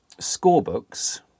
scorebooks